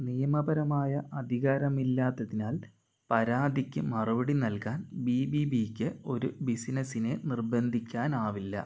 നിയമപരമായ അധികാരമില്ലാത്തതിനാൽ പരാതിക്ക് മറുപടി നൽകാൻ ബി ബി ബിക്ക് ഒരു ബിസിനസ്സിന് നിർബന്ധിക്കാനാവില്ല